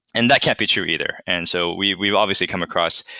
and that can't be true either. and so we've we've obviously come across,